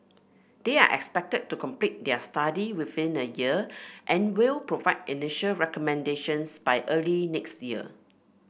they are expected to complete their study within a year and will provide initial recommendations by early next year